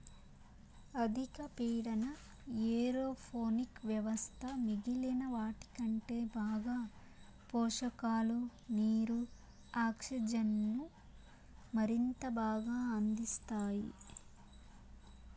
అధిక పీడన ఏరోపోనిక్ వ్యవస్థ మిగిలిన వాటికంటే బాగా పోషకాలు, నీరు, ఆక్సిజన్ను మరింత బాగా అందిస్తాయి